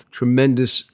tremendous